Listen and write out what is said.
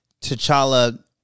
T'Challa